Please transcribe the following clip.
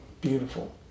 Beautiful